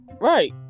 right